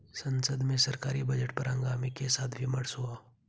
संसद में सरकारी बजट पर हंगामे के साथ विमर्श हुआ